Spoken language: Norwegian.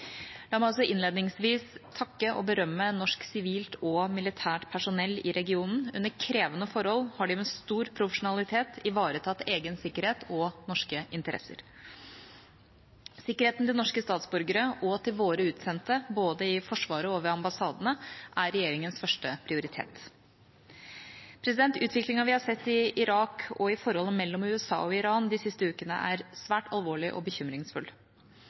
La meg også innledningsvis takke og berømme norsk sivilt og militært personell i regionen. Under krevende forhold har de med stor profesjonalitet ivaretatt egen sikkerhet og norske interesser. Sikkerheten til norske statsborgere og til våre utsendte, både i Forsvaret og ved ambassadene, er regjeringas første prioritet. Utviklingen vi har sett i Irak og i forholdet mellom USA og Iran de siste ukene, er svært alvorlig og bekymringsfull.